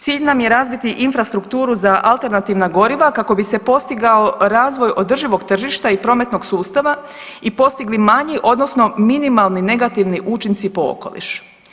Cilj nam je razviti infrastrukturu za alternativna goriva kako bi se postigao razvoj održivog tržišta i prometnog sustava i postigli manji odnosno minimalni negativni učinci po okoliš.